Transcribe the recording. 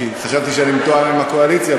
כי חשבתי שאני מתואם עם הקואליציה,